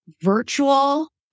virtual